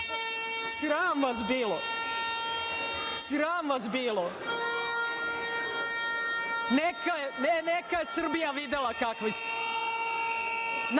nju. Sram vas bilo! Sram vas bilo! Neka je Srbija videla kakvi